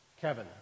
Kevin